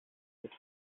wird